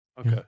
Okay